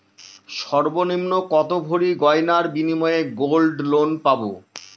সর্বনিম্ন কত ভরি গয়নার বিনিময়ে গোল্ড লোন পাব?